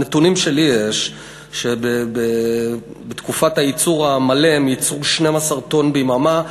הנתונים שלי יש הם שבתקופת הייצור המלא הם ייצרו 12 טונות ביממה,